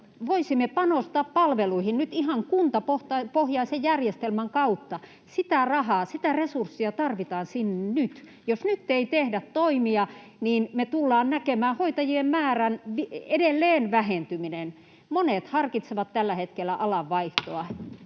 Voisimme panostaa palveluihin nyt ihan kuntapohjaisen järjestelmän kautta. Sitä rahaa, sitä resurssia tarvitaan sinne nyt. Jos nyt ei tehdä toimia, niin me tullaan näkemään hoitajien määrän vähentyminen edelleen. Monet harkitsevat tällä hetkellä alanvaihtoa.